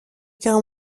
guerre